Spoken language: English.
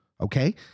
Okay